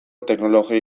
teknologiei